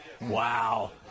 Wow